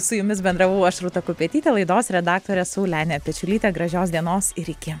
su jumis bendravau aš rūta kupetytė laidos redaktorė saulenė pečiulytė gražios dienos ir iki